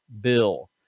bill